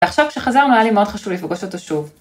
ועכשיו כשחזרנו היה לי מאוד חשוב לפגוש אותו שוב.